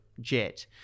jet